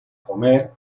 comer